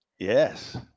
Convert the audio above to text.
Yes